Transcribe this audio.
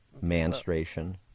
menstruation